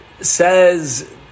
says